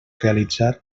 realitzar